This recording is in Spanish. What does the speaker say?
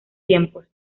tiempos